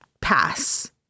pass